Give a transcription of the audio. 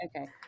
okay